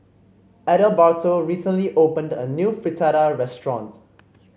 Adalberto recently opened a new Fritada restaurant